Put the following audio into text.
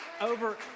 Over